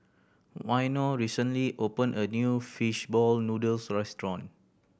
Waino recently opened a new fish ball noodles restaurant